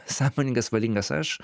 sąmoningas valingas aš